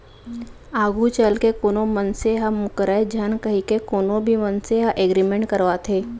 आघू चलके कोनो मनसे ह मूकरय झन कहिके कोनो भी मनसे ह एग्रीमेंट करवाथे